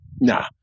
Nah